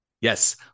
Yes